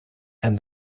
and